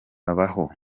babaho